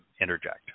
interject